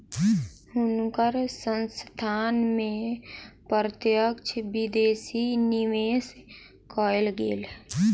हुनकर संस्थान में प्रत्यक्ष विदेशी निवेश कएल गेल